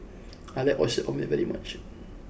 I like Oyster Omelette very much